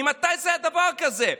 ממתי היה דבר כזה?